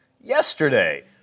yesterday